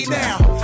now